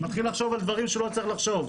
מתחיל לחשוב על דברים שהוא לא צריך לחשוב.